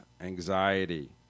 Anxiety